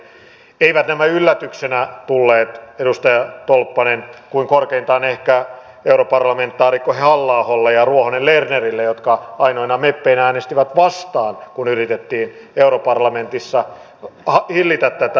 eivät nämä yllätyksenä tulleet edustaja tolppanen kuin korkeintaan ehkä europarlamentaarikko halla aholle ja ruohonen lernerille jotka ainoina meppeinä äänestivät vastaan kun yritettiin europarlamentissa hillitä tätä verojenkiertoa